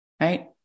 Right